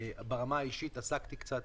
ברמה האישית, עסקתי קצת